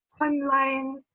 online